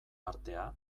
artea